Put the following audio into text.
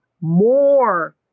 more